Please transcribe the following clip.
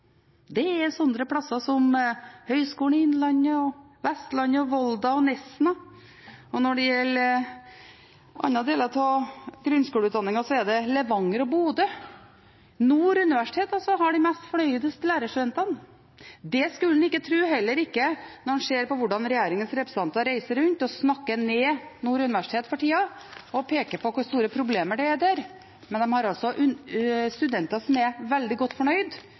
er steder som høgskolene i Innlandet, på Vestlandet, i Volda og i Nesna. Når det gjelder andre deler av grunnskolelærerutdanningen, er det Levanger og Bodø. Nord universitet har de mest fornøyde lærerstudentene. Det skulle en ikke tro – heller ikke når en ser hvordan regjeringens representanter for tida reiser rundt og snakker ned Nord universitet og peker på hvor store problemer det er der. Men de har altså studenter som er veldig godt fornøyd